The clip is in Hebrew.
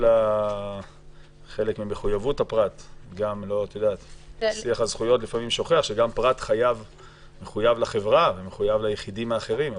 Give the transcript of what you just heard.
שיח הזכויות שוכח לפעמים שפרט גם מחויב לחברה וליחידים האחרים.